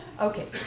Okay